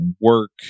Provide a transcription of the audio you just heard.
work